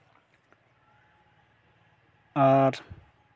ᱟᱨ